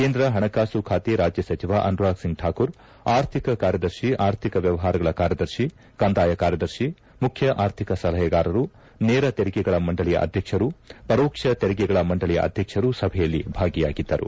ಕೇಂದ್ರ ಪಣಕಾಸು ಖಾತೆ ರಾಜ್ಯ ಸಚಿವ ಅನುರಾಗ್ ಸಿಂಗ್ ಠಾಕೂರ್ ಅರ್ಥಿಕ ಕಾರ್ಯದರ್ಶಿ ಅರ್ಥಿಕ ವ್ಯವಹಾರಗಳ ಕಾರ್ಯದರ್ಶಿ ಕಂದಾಯ ಕಾರ್ಯದರ್ಶಿ ಮುಖ್ಯ ಆರ್ಥಿಕ ಸಲಹೆಗಾರರು ನೇರ ತೆರಿಗೆಗಳ ಮಂಡಳಿಯ ಅಧ್ಯಕ್ಷರು ಪರೋಕ್ಷ ತೆರಿಗೆಗಳ ಮಂಡಳಿಯ ಅಧ್ಯಕ್ಷರು ಸಭೆಯಲ್ಲಿ ಭಾಗಿಯಾಗಿದ್ದರು